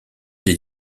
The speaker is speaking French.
des